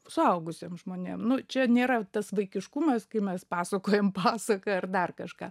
suaugusiem žmonėm nu čia nėra tas vaikiškumas kai mes pasakojam pasaką ar dar kažką